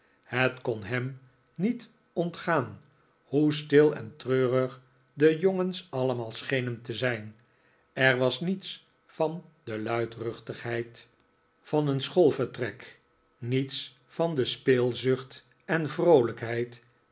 het kon hem niet ontgaan hoe stil en treurig de jongens allemaal schenen te zijn er was niets van de luidruchtigheid van een schoolvertrek niets van de speelzucht en vroolijkheid